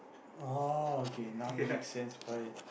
oh okay now it make sense why